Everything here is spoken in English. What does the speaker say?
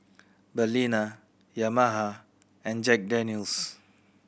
Balina Yamaha and Jack Daniel's